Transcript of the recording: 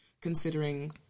considering